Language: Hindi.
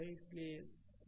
इसलिए यह